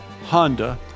Honda